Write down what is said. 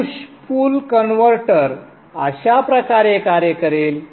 तर push pull converter अशा प्रकारे कार्य करेल